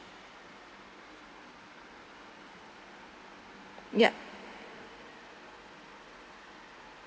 ya